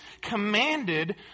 commanded